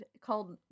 Called